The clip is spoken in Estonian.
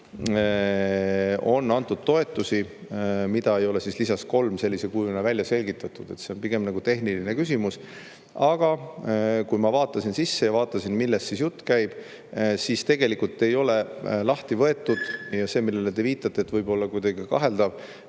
on antud toetusi, mida ei ole lisas 3 sellisel kujul selgitatud, seega see on pigem tehniline küsimus. Aga kui ma vaatasin [eelarvesse] sisse ja vaatasin, millest siis jutt käib, siis tegelikult ei ole [seda] lahti võetud. Ja see, millele te viitate, et võib olla kuidagi kaheldav,